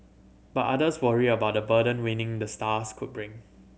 but others worry about the burden winning the stars could bring